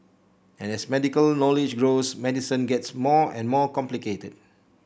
and as medical knowledge grows medicine gets more and more complicated